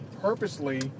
purposely